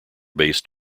based